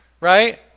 Right